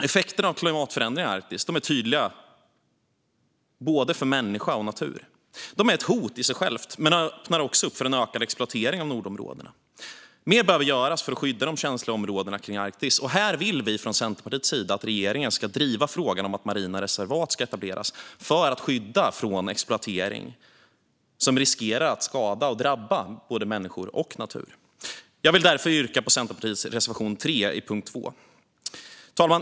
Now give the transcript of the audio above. Effekterna av klimatförändringarna i Arktis är tydliga för både människa och natur. De är ett hot i sig själva men öppnar också upp för en ökad exploatering av nordområdena. Mer behöver göras för att skydda de känsliga områdena kring Arktis. Vi vill från Centerpartiets sida att regeringen ska driva frågan om att etablera marina reservat för att skydda från exploatering som riskerar att skada och drabba både människor och natur. Jag vill därför yrka bifall till Centerpartiets reservation 3 under punkt 2. Herr talman!